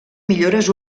millores